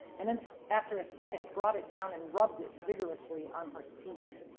and then so after a second, brought it down and rubbed it vigorously on her seat.